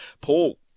Paul